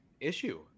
issue